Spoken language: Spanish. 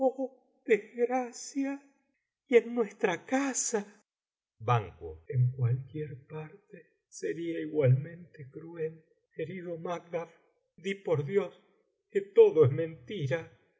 desgracia y en nuestra casa en cualquier parte sería igualmente cruel querido macduff di por dios que todo es mentira